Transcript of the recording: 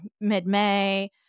mid-May